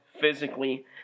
physically